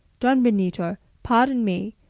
don benito, pardon me,